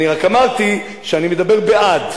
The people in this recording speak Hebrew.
אני רק אמרתי שאני מדבר בעד.